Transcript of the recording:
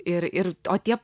ir ir o tie